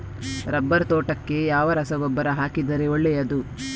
Rubber ತೋಟಕ್ಕೆ ಯಾವ ರಸಗೊಬ್ಬರ ಹಾಕಿದರೆ ಒಳ್ಳೆಯದು?